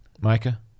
Micah